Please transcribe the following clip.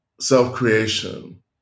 self-creation